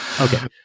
Okay